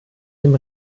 dem